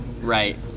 Right